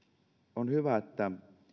on hyvä että